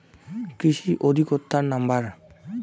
কৃষি অধিকর্তার নাম্বার?